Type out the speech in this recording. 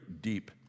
deep